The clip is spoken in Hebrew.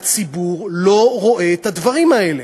הציבור לא רואה את הדברים האלה.